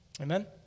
Amen